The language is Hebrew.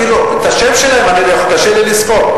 אפילו את השם שלהם קשה לי לזכור.